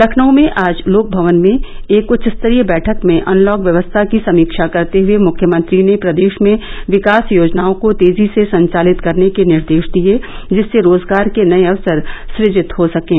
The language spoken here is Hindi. लखनऊ में आज लोकभवन में एक उच्च स्तरीय बैठक में अनलॉक व्यवस्था की समीक्षा करते हुए मुख्यमंत्री ने प्रदेश में विकास योजनाओं को तेजी से संचालित करने के निर्देश दिए जिससे रोजगार के नए अवसर सुजित हो सकें